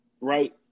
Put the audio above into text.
right